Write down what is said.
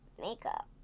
makeup